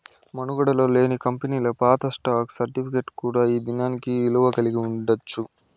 మనుగడలో లేని కంపెనీలు పాత స్టాక్ సర్టిఫికేట్ కూడా ఈ దినానికి ఇలువ కలిగి ఉండచ్చు